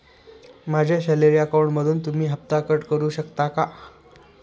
माझ्या सॅलरी अकाउंटमधून तुम्ही हफ्ता कट करू शकता का?